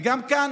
וגם כאן.